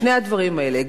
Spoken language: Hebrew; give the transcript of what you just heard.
שני הדברים האלה,